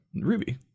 Ruby